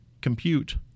compute